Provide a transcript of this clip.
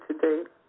today